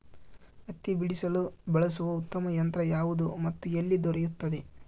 ಹತ್ತಿ ಬಿಡಿಸಲು ಬಳಸುವ ಉತ್ತಮ ಯಂತ್ರ ಯಾವುದು ಮತ್ತು ಎಲ್ಲಿ ದೊರೆಯುತ್ತದೆ?